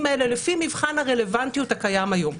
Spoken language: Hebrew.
האלה לפי מבחן הרלוונטיות הקיים היום,